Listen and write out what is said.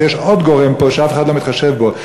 שיש פה עוד גורם שאף אחד לא מתחשב בו,